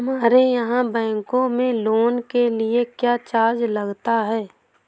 हमारे यहाँ बैंकों में लोन के लिए क्या चार्ज लगता है?